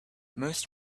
most